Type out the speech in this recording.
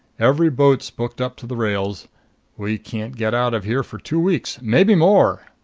every boat's booked up to the rails we can't get out of here for two weeks maybe more.